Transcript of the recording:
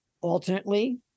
Alternately